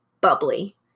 bubbly